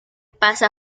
pasa